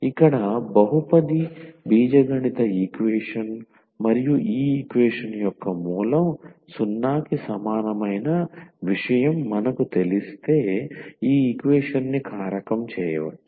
ఇక్కడ బహుపది బీజగణిత ఈక్వేషన్ మరియు ఈ ఈక్వేషన్ యొక్క మూలం 0 కి సమానమైన విషయం మనకు తెలిస్తే ఈ ఈక్వేషన్ని కారకం చేయవచ్చు